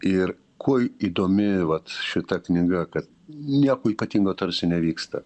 ir kuo į įdomi vat šita knyga kad nieko ypatingo tarsi nevyksta